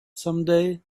someday